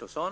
han sade.